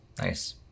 Nice